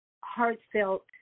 heartfelt